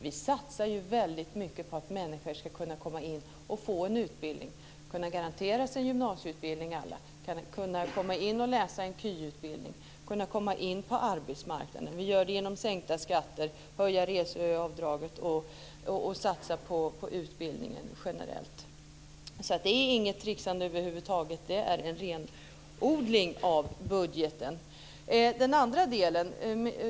Vi satsar väldigt mycket på att människor ska kunna komma in och få en utbildning - på att alla ska kunna garanteras en gymnasieutbildning, kunna komma in och läsa på en KY och kunna komma in på arbetsmarknaden. Detta åstadkommer vi genom sänkta skatter, höjda reseavdrag och satsningar på utbildning generellt. Det är alltså inte fråga om något tricksande över huvud taget, utan det är fråga om en renodling av budgeten. Sedan till den andra delen.